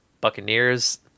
buccaneers